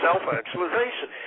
self-actualization